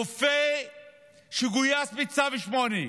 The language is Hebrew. רופא שגויס בצו 8,